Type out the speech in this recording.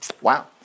Wow